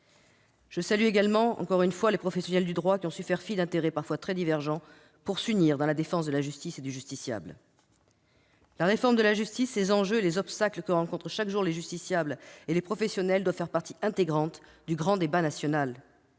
Je salue également encore une fois les professionnels du droit, qui ont su faire fi d'intérêts parfois très divergents pour s'unir dans la défense de la justice et du justiciable. La réforme de la justice, ses enjeux et les obstacles que rencontrent chaque jour les justiciables et les professionnels doivent faire partie intégrante du grand débat national.